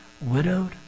widowed